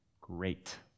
great